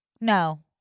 No